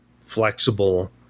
flexible